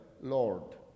lord